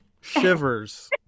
shivers